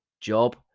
job